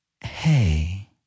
hey